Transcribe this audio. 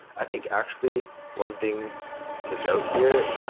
i think actually one thing to note here,